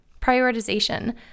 Prioritization